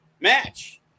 match